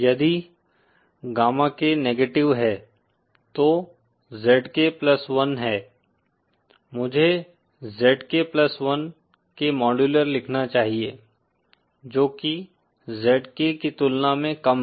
यदि गामा K negative है तो ZK प्लस वन है मुझे ZK 1 के मॉड्यूलर लिखना चाहिए जो की ZK की तुलना में कम है